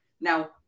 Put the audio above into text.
now